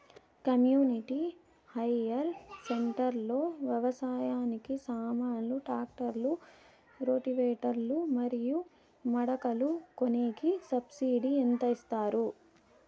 community hire centre లో వ్యవసాయానికి సామాన్లు ట్రాక్టర్లు రోటివేటర్ లు మరియు మడకలు కొనేకి సబ్సిడి ఎంత ఇస్తారు